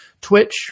Twitch